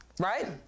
right